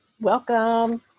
Welcome